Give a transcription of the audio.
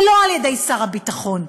ולא על-ידי שר הביטחון.